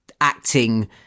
acting